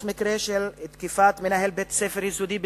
יש מקרה של תקיפת מנהל בית-ספר יסודי בדבורייה,